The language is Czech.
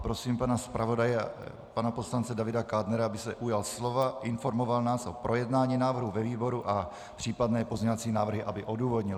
Prosím pana zpravodaje, pana poslance Davida Kádnera, aby se ujal slova, informoval nás o projednání návrhu ve výboru a případné pozměňovací návrhy aby odůvodnil.